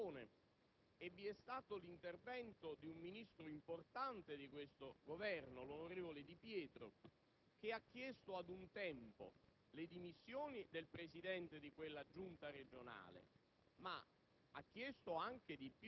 Vi è stata una manifestazione dei rappresentanti della Casa delle Libertà, che hanno chiesto le dimissioni del Presidente di quella Regione; vi è stato l'intervento di un Ministro importante di questo Governo, l'onorevole di Pietro,